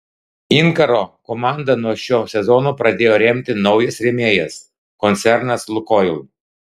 inkaro komandą nuo šio sezono pradėjo remti naujas rėmėjas koncernas lukoil